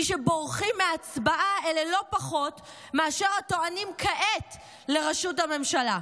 מי שבורחים מהצבעה הם לא פחות מאשר הטוענים כעת לראשות הממשלה.